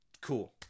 cool